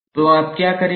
तो आप क्या करेंगे